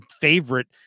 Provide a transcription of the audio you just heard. favorite